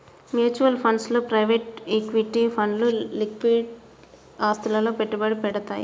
mutual funds లో private equity ఫండ్లు liquid ఆస్తులలో పెట్టుబడి పెడతయ్యి